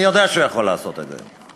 אני יודע שהוא יכול לעשות את זה,